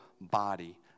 body